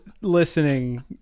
listening